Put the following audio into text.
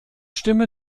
stimme